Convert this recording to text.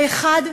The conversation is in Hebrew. האחד,